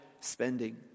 spending